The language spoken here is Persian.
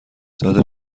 داده